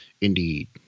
Indeed